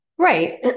Right